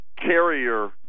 Carrier